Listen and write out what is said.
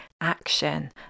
action